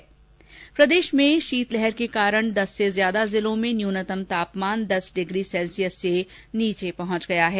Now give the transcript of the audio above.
प्रदेश में शीतलहर के कारण दस से ज्यादा जिलों में न्यूनतम तापमान दस डिग्री सेल्सियस से नीचे पहुंच दर्ज हुआ है